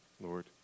Lord